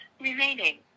remaining